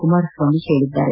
ಕುಮಾರಸ್ವಾಮಿ ಹೇಳಿದ್ದಾರೆ